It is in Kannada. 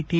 ಟಿ